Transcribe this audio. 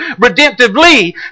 redemptively